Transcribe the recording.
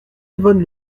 yvonne